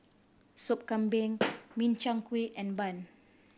Sop Kambing Min Chiang Kueh and bun